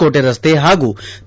ಕೋಟೆ ರಸ್ತೆ ಹಾಗೂ ತಿ